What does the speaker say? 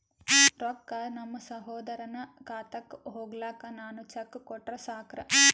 ರೊಕ್ಕ ನಮ್ಮಸಹೋದರನ ಖಾತಕ್ಕ ಹೋಗ್ಲಾಕ್ಕ ನಾನು ಚೆಕ್ ಕೊಟ್ರ ಸಾಕ್ರ?